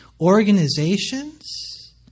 organizations